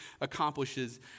accomplishes